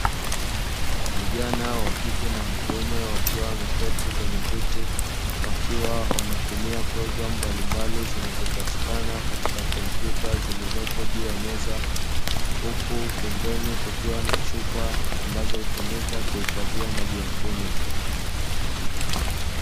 Vijana wa kike na wakiume wakiwa wameketi kwenye viti, wakiwa wanatumia programu mbalimbali zinazopatikana katika komputa zilizopo juu ya meza, huku pembeni kukiwa na chupa ambazo hutumika kuhifadhia maji ya kunywa.